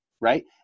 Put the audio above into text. right